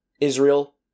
Israel